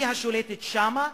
היא השולטת שמה,